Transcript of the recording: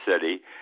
city